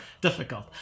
difficult